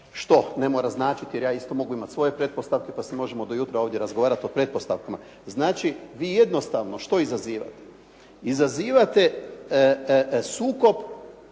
što ne mora značiti, jer ja isto mogu imati svoje pretpostavke, pa se možemo ovdje do jutra razgovarati o pretpostavkama. Znači, vi jednostavno što izazivate? Izazivate sukob